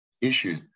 issue